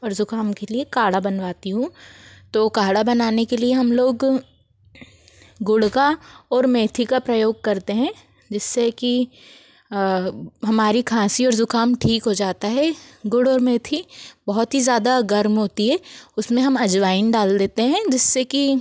और जुकाम के लिए काढ़ा बनवाती हूँ तो काढ़ा बनाने के लिए हम लोग गुड़ का और मेथी का प्रयोग करते हैं जिससे कि हमारी खाँसी और जुखाम ठीक हो जाता है गुड़ और मेथी बहुत ही ज़्यादा गर्म होती है उसमें हम अजवाइन डाल देते हैं जिससे कि